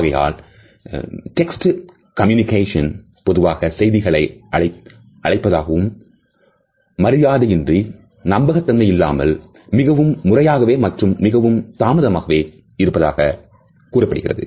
ஆகையால் text communication பொதுவாக செய்திகளை அழைப்பதாகவும் மரியாதை இன்றி நம்பகத்தன்மை இல்லாமல் மிகவும் முறையாகவே மற்றும் மிகவும் தாமதமாகவே இருப்பதாக கூறப்படுகிறது